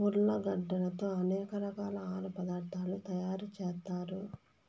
ఉర్లగడ్డలతో అనేక రకాల ఆహార పదార్థాలు తయారు చేత్తారు